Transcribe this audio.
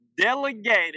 delegated